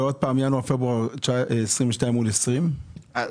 עוד רגע אתייחס לזה.